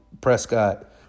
Prescott